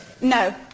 No